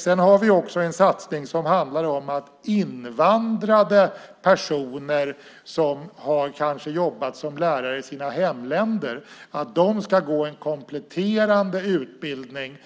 Sedan har vi en satsning som handlar om att invandrade personer som kanske har jobbat som lärare i sina hemländer ska gå en kompletterande utbildning.